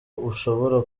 ushobora